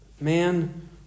Man